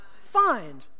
find